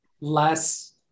less